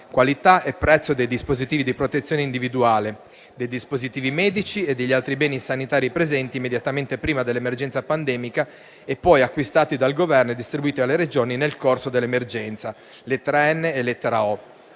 qualità e prezzo dei dispositivi di protezione individuale, dei dispositivi medici e degli altri beni sanitari presenti immediatamente prima dell'emergenza pandemica e poi acquistati dal Governo e distribuiti alle Regioni nel corso dell'emergenza (lettere *n* ed